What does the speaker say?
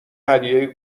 هدیه